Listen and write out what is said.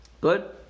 good